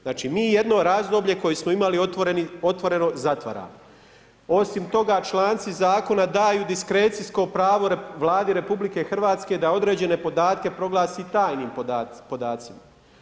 Znači mi jedno razdoblje koje smo imali otvoreno zatvaramo, osim toga članci zakona daju diskrecijsko pravo Vladi RH da određene podatke proglasi tajnim podacima.